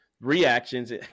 reactions